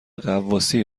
غواصی